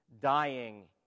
dying